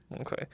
Okay